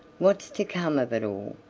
what's to come of it all?